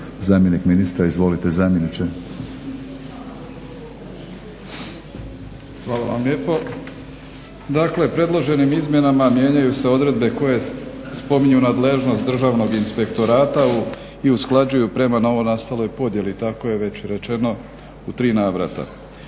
zamjeniče. **Cesarik, Marijan** Hvala vam lijepo. Dakle, predloženim izmjenama mijenjaju se odredbe koje spominju nadležnost državnog inspektorata i usklađuju prema novonastaloj podjeli, tako je već rečeno u tri navrata.